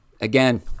again